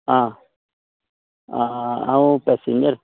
आं हांव पेसेंजर